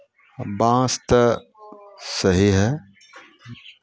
आ बाँस तऽ सही हइ